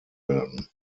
werden